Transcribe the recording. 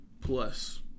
Plus